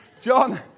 John